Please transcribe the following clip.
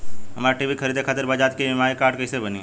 हमरा टी.वी खरीदे खातिर बज़ाज़ के ई.एम.आई कार्ड कईसे बनी?